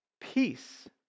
Peace